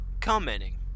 commenting